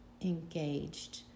engaged